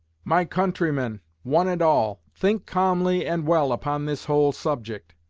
my countrymen, one and all, think calmly and well upon this whole subject.